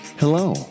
Hello